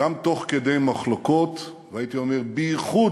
גם תוך כדי מחלוקות, והייתי אומר בייחוד